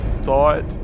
thought